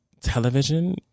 television